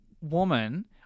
woman